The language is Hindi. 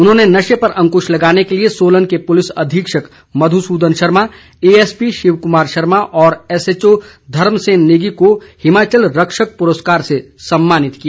उन्होंने नशे पर अंकुश लगाने के लिए सोलन के पुलिस अधीक्षक मधु सूदन शर्मा ए एसपी शिव कुमार शर्मा और एसएचओ धर्म सेन नेगी को हिमाचल रक्षक पुरस्कार से सम्मानित किया